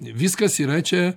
viskas yra čia